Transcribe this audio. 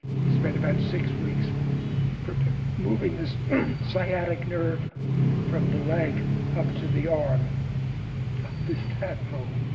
he spent about six weeks moving this sciatic nerve from the leg up to the arm of this tadpole.